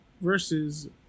versus